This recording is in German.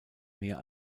mehr